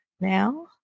now